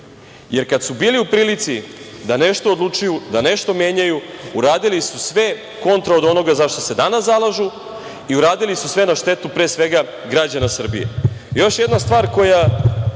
režim. Kad su bili u prilici da nešto odlučuju, da nešto menjaju, uradili su sve kontra od onoga za šta se danas zalažu i uradili su sve na štetu pre svega građana Srbije. Još jedna stvar koja